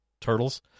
turtles